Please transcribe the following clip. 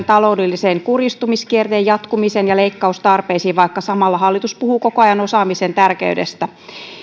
taloudellisen kuristumiskierteen jatkumiseen ja leikkaustarpeisiin vaikka samalla hallitus puhuu koko ajan osaamisen tärkeydestä